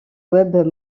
web